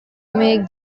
make